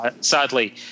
sadly